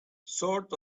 sort